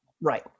Right